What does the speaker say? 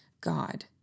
God